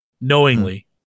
knowingly